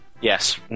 Yes